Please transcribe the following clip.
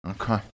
Okay